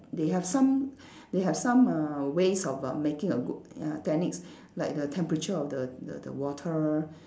they have some they have some uh ways of err making a good ya techniques like the temperature of the the the the water